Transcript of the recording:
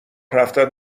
رفتن